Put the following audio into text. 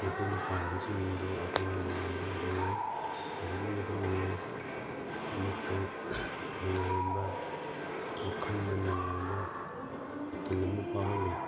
ꯃꯈꯣꯏꯅ ꯄꯥꯏꯕꯁꯤꯡꯗꯨ ꯑꯩꯈꯣꯏꯅ ꯌꯦꯡꯕꯗ ꯅꯨꯡꯉꯥꯏ ꯑꯗꯨꯛꯀꯤ ꯃꯇꯤꯛ ꯅꯨꯡꯉꯥꯏ ꯃꯤꯠꯇ ꯅꯨꯡꯉꯥꯏꯍꯟꯕ ꯋꯥꯈꯟꯗ ꯅꯨꯡꯉꯥꯏꯍꯟꯕ ꯏꯊꯤꯜ ꯑꯃ ꯐꯥꯎꯍꯜꯂꯤ